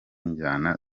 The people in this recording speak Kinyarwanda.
njyana